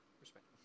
respect